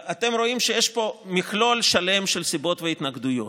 אתם רואים שיש פה מכלול שלם של סיבות והתנגדויות.